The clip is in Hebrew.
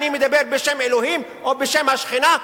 אני מדבר בשם אלוהים או בשם השכינה,